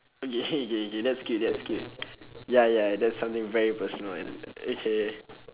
okay K K that's cute that's cute ya ya that's something very personal and okay